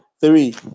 Three